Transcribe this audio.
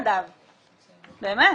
באמת,